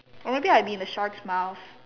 or maybe I'll be in the shark's mouth